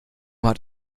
hat